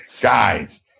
Guys